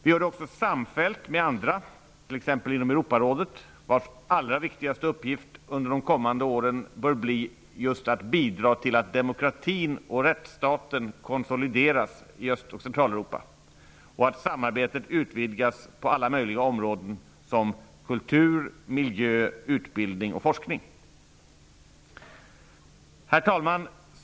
Vi gör det också samfällt med andra, t.ex. inom Europarådet, vars allra viktigaste uppgift under de kommande åren bör bli just att bidra till att demokratin och rättsstaten konsolideras i Öst och Centraleuropa och att samarbetet utvidgas på alla möjliga områden, såsom kultur, miljö, utbildning och forskning. Herr talman!